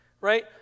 right